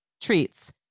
treats